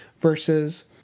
versus